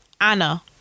Anna